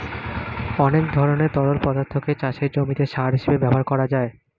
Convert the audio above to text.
অনেক ধরনের তরল পদার্থকে চাষের জমিতে সার হিসেবে ব্যবহার করা যায়